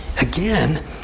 again